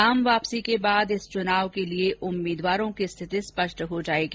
नाम वापसी के बाद इस चुनाव के लिए उम्मीदवारों की स्थिति स्पष्ट हो जाएगी